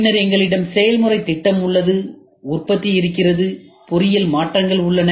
பின்னர் எங்களிடம் செயல்முறைத் திட்டம் உள்ளது உற்பத்தி இருக்கிறது பொறியியல் மாற்றங்கள் உள்ளன